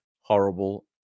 horrible